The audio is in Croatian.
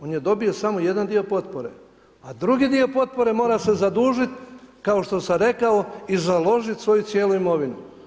On je dobio samo jedan dio potpore, a drugi dio potpore mora se zadužiti kao što sam rekao i založiti svoju cijelu imovinu.